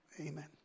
Amen